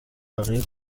بقیه